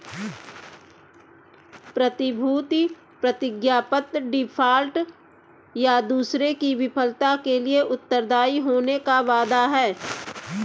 प्रतिभूति प्रतिज्ञापत्र डिफ़ॉल्ट, या दूसरे की विफलता के लिए उत्तरदायी होने का वादा है